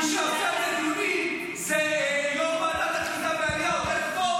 מי שעושה על זה דיונים זה יו"ר ועדת הקליטה והעלייה עודד פורר.